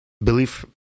belief